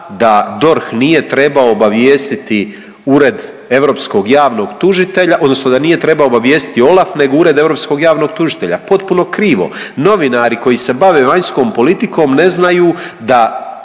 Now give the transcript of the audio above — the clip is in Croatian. da DORH nije trebao obavijestiti Ured europskog javnog tužitelja, odnosno da nije trebao obavijestiti OLAF nego Ured europskog javnog tužitelja. Potpuno krivo. Novinari koji se bave vanjskom politikom ne znaju da